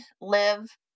live